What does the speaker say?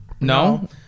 No